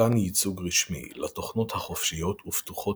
מתן יצוג רשמי לתוכנות החופשיות ופתוחות